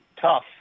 tough